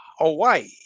Hawaii